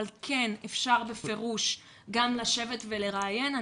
אבל אפשר בפירוש גם לשבת ולראיין.